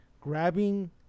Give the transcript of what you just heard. grabbing